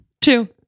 Two